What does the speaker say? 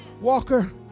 Walker